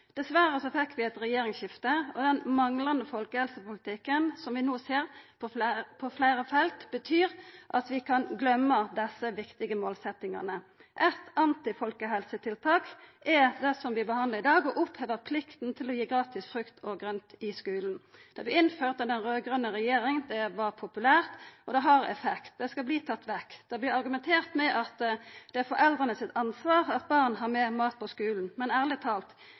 Dessverre fekk vi eit regjeringsskifte, og den manglande folkehelsepolitikken som vi no ser på fleire felt, betyr at vi kan gløyma desse viktige målsettingane. Eitt antifolkehelsetiltak er det som vi behandlar i dag, å oppheva plikta til å gi gratis frukt og grønt i skulen. Det vart innført av den raud-grøne regjeringa. Det var populært, og det har effekt. Det skal ein ta vekk. Det vert argumentert med at det er foreldra sitt ansvar at barn har med mat på skulen. Men ærleg talt: